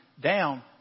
down